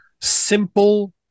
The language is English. simple